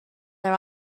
are